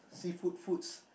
seafood foods